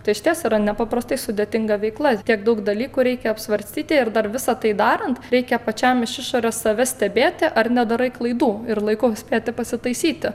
tai išties yra nepaprastai sudėtinga veikla tiek daug dalykų reikia apsvarstyti ir dar visa tai darant reikia pačiam iš išorės save stebėti ar nedarai klaidų ir laiku spėti pasitaisyti